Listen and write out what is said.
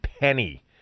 penny